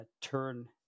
turn